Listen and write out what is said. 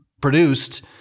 produced